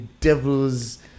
devil's